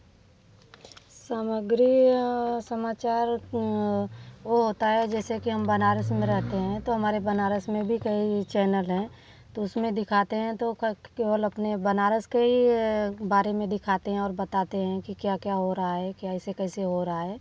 सामग्री समाचार वह होता है जैसे कि हम बनारस में रहते हैं तो हमारे बनारस में भी कई चैनल हैं तो उसमें दिखाते हैं तो सब केवल अपने बनारस के ही बारे में दिखाते हैं और बताते हैं कि क्या क्या हो रहा है कैसे कैसे हो रहा है